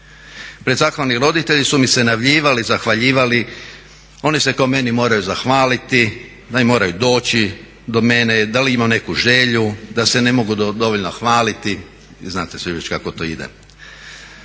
Prezahvalni roditelji su mi se najavljivali, zahvaljivali oni se kao meni moraju zahvaliti, da moraju doći do mene, da li imam neku želju, da se ne mogu dovoljno hvaliti i znate svi već kako to ide.